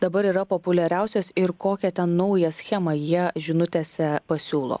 dabar yra populiariausios ir kokią ten naują schemą jie žinutėse pasiūlo